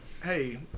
Hey